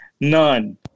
none